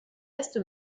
test